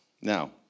Now